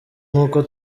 nk’uko